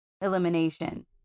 elimination